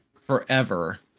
forever